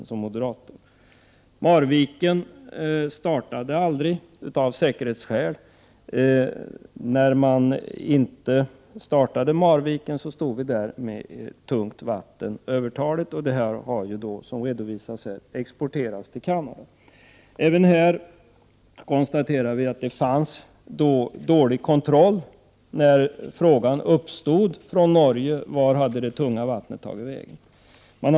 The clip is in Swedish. Verksamheten i Marviken startade av säkerhetsskäl aldrig. Därför stod vi där med för mycket tungt vatten. Som redovisas här har sådant exporterats till Canada. Även i detta sammanhang konstaterar vi att kontrollen var dålig. Det stod klart när man från norsk sida frågade vart det tunga vattnet hade tagit vägen.